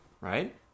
Right